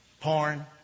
porn